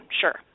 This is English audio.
sure